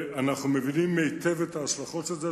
אנחנו מבינים היטב את ההשלכות של זה,